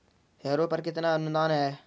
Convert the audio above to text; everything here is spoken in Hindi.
हैरो पर कितना अनुदान है?